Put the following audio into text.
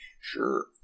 Sure